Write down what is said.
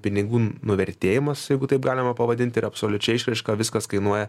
pinigų nuvertėjimas jeigu taip galima pavadinti ir absoliučia išraiška viskas kainuoja